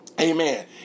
Amen